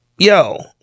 Yo